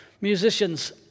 Musicians